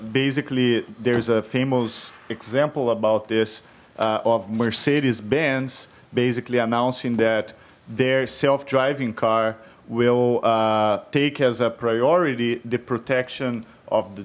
basically there's a famous example about this of mercedes benz basically announcing that their self driving car will take as a priority the protection of the